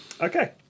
Okay